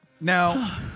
now